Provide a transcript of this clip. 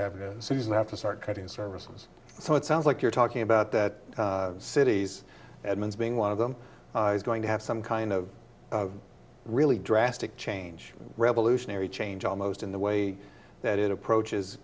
having it so you have to start cutting services so it sounds like you're talking about that city's edmond's being one of them is going to have some kind of really drastic change revolutionary change almost in the way that it approaches